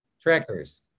Trackers